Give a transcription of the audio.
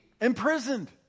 imprisoned